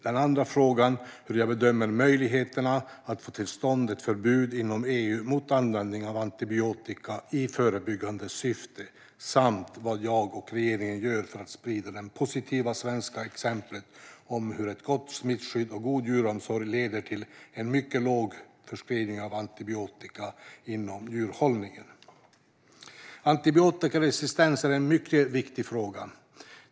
Den andra frågan gäller hur jag bedömer möjligheterna att få till stånd ett förbud inom EU mot användning av antibiotika i förebyggande syfte. Och den tredje frågan gäller vad jag och regeringen gör för att sprida det positiva svenska exemplet om hur ett gott smittskydd och god djuromsorg leder till en mycket låg förskrivning av antibiotika inom djurhållningen. Antibiotikaresistens är en mycket viktig fråga.